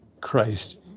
Christ